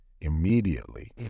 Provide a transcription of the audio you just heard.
Immediately